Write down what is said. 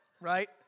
right